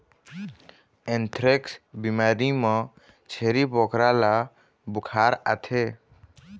anthrax बिमारी म छेरी बोकरा ल बुखार आथे